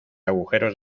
agujeros